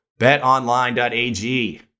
BetOnline.ag